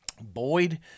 Boyd